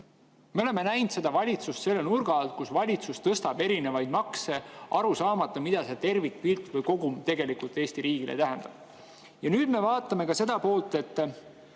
Me oleme näinud seda valitsust selle nurga alt, kus valitsus tõstab erinevaid makse, aru saamata, mida see tervikpilt või kogum tegelikult Eesti riigile tähendab. Ja nüüd me vaatame ka seda poolt, mida